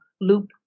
loop